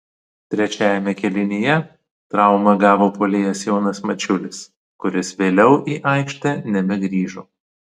trečiajame kėlinyje traumą gavo puolėjas jonas mačiulis kuris vėliau į aikštę nebegrįžo